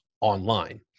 online